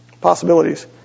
possibilities